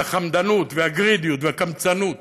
את החמדנות, הגרידיות, והקמצנות,